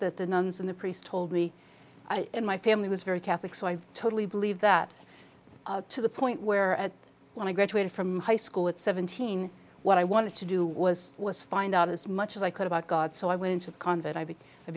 that the nuns and the priest told me and my family was very catholic so i totally believe that to the point where and when i graduated from high school at seventeen what i wanted to do was was find out as much as i could about god so i went into